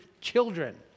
children